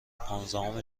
پانزدهم